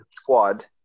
squad